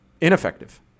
ineffective